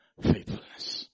faithfulness